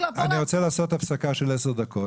אני רוצה לעשות הפסקה של עשר דקות.